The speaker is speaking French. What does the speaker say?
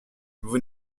vous